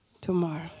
tomorrow